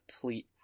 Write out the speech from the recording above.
complete